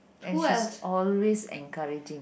and she is always encouraging